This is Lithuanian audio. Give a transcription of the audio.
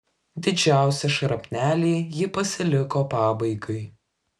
didžiausią šrapnelį ji pasiliko pabaigai